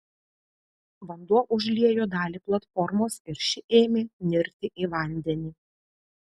vanduo užliejo dalį platformos ir ši ėmė nirti į vandenį